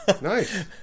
Nice